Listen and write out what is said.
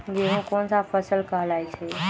गेहूँ कोन सा फसल कहलाई छई?